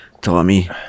Tommy